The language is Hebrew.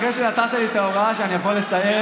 אחרי שנתת לי את ההוראה שאני יכול לסיים,